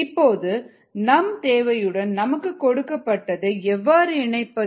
இப்பொழுது நம் தேவையுடன் நமக்கு கொடுக்கப்பட்டதை எவ்வாறு இணைப்பது